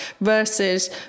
versus